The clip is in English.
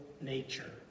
nature